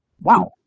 Wow